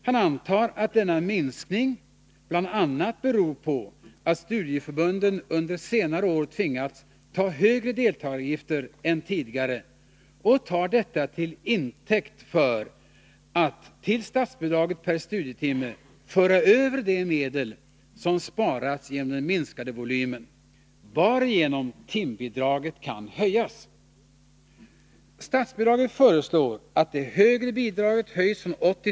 Han antar att denna minskning bl.a. beror på att studieförbunden under senare år har tvingats ta upp högre deltagaravgifter än tidigare och tar detta till intäkt för att till statsbidraget per studietimme föra över de medel som sparats genom den minskade volymen, varigenom timbidraget kan höjas. Statsrådet föreslår att det högre bidraget höjs från 80 kr.